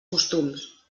costums